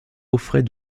offrait